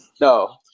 no